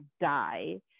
die